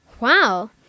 Wow